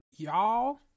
Y'all